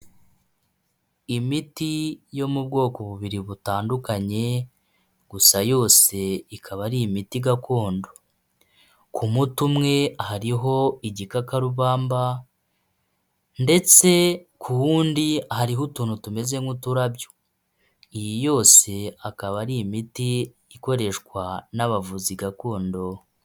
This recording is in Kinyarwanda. Imiti yo mu bwoko bubiri butandukanye, gusa yose ikaba ari imiti gakondo, ku muti umwe hariho igikakarubamba ndetse ku wundi hariho utuntu tumeze nk'uturabyo, iyi yose akaba ari imiti ikoreshwa n'abavuzi gakondo.